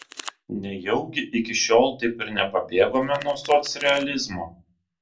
nejaugi iki šiol taip ir nepabėgome nuo socrealizmo